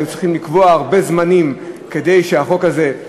היו צריכים לקבוע הרבה זמנים כדי שהחוק הזה,